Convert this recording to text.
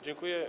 Dziękuję.